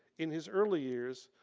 in his early years,